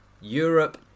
Europe